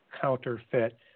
counterfeit